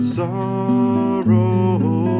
sorrow